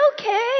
okay